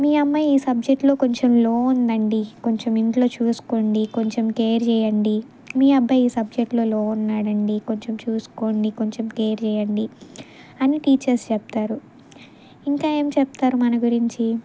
మీ అమ్మాయి ఈ సబ్జెక్ట్లో కొంచెం లో ఉందండి కొంచెం ఇంట్లో చూసుకోండి కొంచెం కేర్ చేయండి మీ అబ్బాయి ఈ సబ్జెక్ట్లలో లో ఉన్నాడండి కొంచెం చూసుకోండి కొంచెం కేర్ చేయండి అని టీచర్స్ చెప్తారు ఇంకా ఏం చెప్తారు మన గురించి